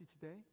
today